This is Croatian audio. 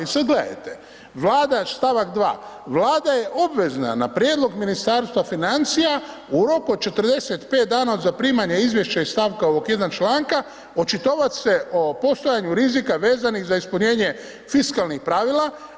E sad gledajte, Vlada, stavak 2. Vlada je obvezna na prijedlog Ministarstva financija u roku od 45 dana od zaprimanja izvješća iz stavka ovog 1. članka očitovati se o postojanju rizika vezanih za ispunjenje fiskalnih pravila.